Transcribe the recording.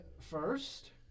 first